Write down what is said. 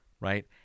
right